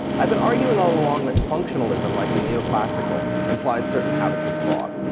i've been arguing all along that functionalism, like the neoclassical, implies certain habits of thought.